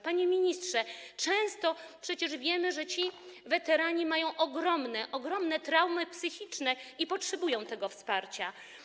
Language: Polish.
Panie ministrze, przecież wiemy, że ci weterani mają często ogromne traumy psychiczne i potrzebują tego wsparcia.